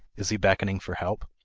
is he beckoning for help?